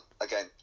Again